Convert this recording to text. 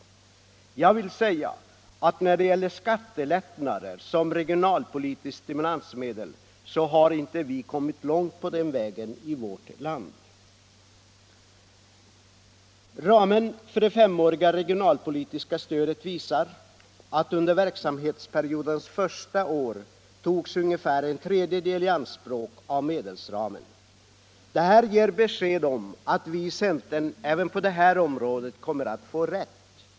Jag vill säga att när det gäller skattelättnader som regionalpolitiskt stimulansmedel, så har vi inte kommit långt på den vägen i vårt land. Ramen för det femåriga regionalpolitiska stödet visar att under verksamhetsperiodens första år togs ungefär en tredjedel i anspråk av medelsramen. Det här ger besked om att vi i centern även på det här området kommer att få rätt.